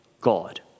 God